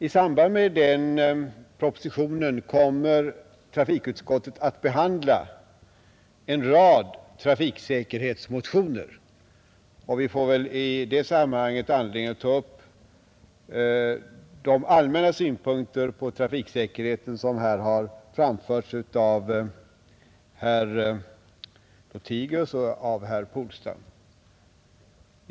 I samband med den propositionen kommer trafikutskottet att behandla en rad trafiksäkerhetsmotioner. Vi får i det sammanhanget anledning att ta upp de allmänna synpunkter på trafiksäkerheten som här har framförts av herr Lothigius och av herr Polstam.